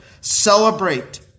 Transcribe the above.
celebrate